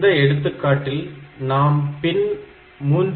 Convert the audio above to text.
இந்த எடுத்துக்காட்டில் நாம் பின் 3